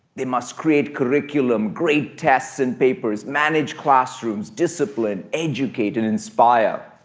they must create curriculum, grade tests, and papers, manage classrooms, discipline, educate, and inspire.